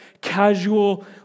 casual